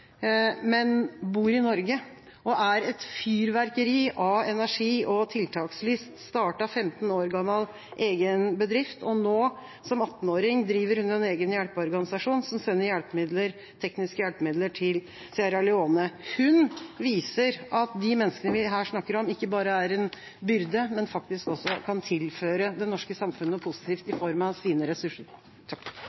men bor i Norge. Hun er et fyrverkeri av energi og tiltakslyst og startet 15 år gammel egen bedrift. Nå, som 19-åring, driver hun en egen hjelpeorganisasjon som sender tekniske hjelpemidler til Sierra Leone. Hun viser at de menneskene vi her snakker om, ikke bare er en byrde, men faktisk også kan tilføre det norske samfunnet noe positivt i